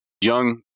young